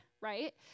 right